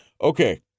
Okay